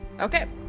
Okay